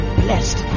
blessed